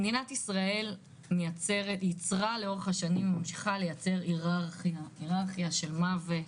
מדינת ישראל ייצרה וממשיכה לייצר היררכיה של מוות,